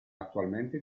attualmente